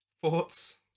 Thoughts